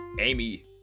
Amy